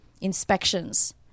inspections